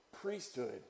priesthood